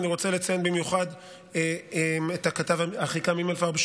ואני רוצה לציין במיוחד את הכתב אחיקם הימלפרב,